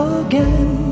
again